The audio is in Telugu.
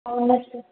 అవునా సార్